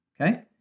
okay